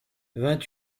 vingt